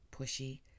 pushy